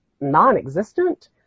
non-existent